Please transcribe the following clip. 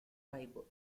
tribe